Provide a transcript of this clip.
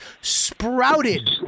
sprouted